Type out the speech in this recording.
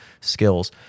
skills